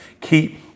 Keep